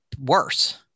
worse